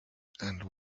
and